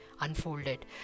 unfolded